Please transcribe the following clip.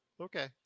Okay